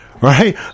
right